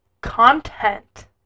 content